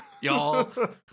Y'all